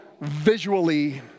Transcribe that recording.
visually